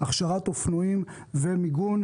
הכשרת אופנועים ומיגון.